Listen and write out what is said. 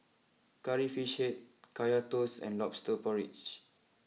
Curry Fish Head Kaya Toast and Lobster Porridge